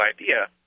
idea